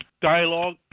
dialogue